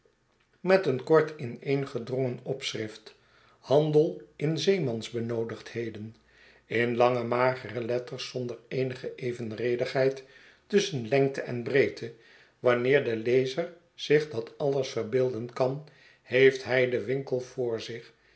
en een uithangbord met eenkortineengedrongen opschrift handel in zeemansbenoodigdheden in lange magere letters zonder eenige evenredigheid tusschen lengte en breedte wanneer de lezer zich dat alles verbeelden kan heeft hij den winkel voor zich